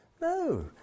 no